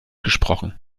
gesprochen